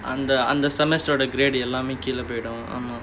அந்த அந்த:antha antha semester ஓட:oda grade எல்லாம் கீழ போய்டும்:ellaam keela poyidum (uh huh)